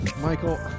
Michael